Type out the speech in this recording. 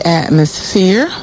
atmosphere